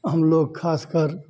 हम लोग खासकर